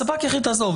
ספק יחיד, תעזוב.